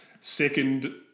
second